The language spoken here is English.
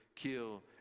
kill